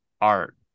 art